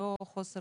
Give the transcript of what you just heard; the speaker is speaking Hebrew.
לא חוסר